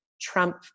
Trump